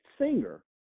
singer